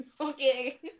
Okay